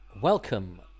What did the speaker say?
welcome